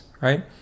right